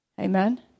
Amen